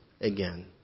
again